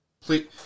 Please